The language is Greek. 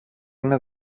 είναι